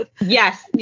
Yes